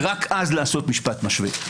ורק אז לעשות משפט משווה.